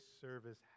service